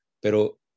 Pero